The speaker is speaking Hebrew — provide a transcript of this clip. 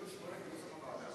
סעיף 9 נתקבל.